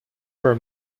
for